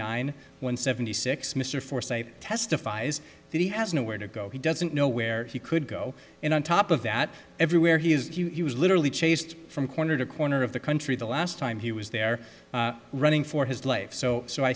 nine when seventy six mr forsyte testifies that he has no where to go he doesn't know where he could go and on top of that everywhere he is he was literally chased from corner to corner of the country the last time he was there running for his life so so i